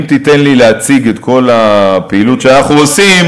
אם תיתן לי להציג את כל הפעילות שאנחנו עושים,